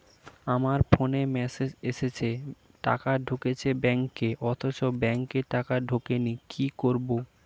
আমার ফোনে মেসেজ এসেছে টাকা ঢুকেছে ব্যাঙ্কে অথচ ব্যাংকে টাকা ঢোকেনি কি করবো?